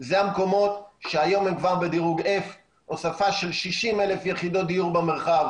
זה המקומות שהיום הם כבר בדירוג F. הוספה של 60,000 יחידות דיור במרחב